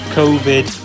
covid